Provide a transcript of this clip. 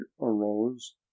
arose